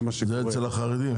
אצל החרדים.